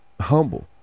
humble